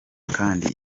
kandi